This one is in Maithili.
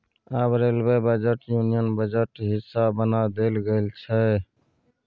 आब रेलबे बजट युनियन बजटक हिस्सा बना देल गेल छै